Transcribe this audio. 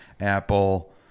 Apple